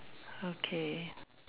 okay